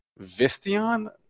Vistion